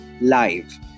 live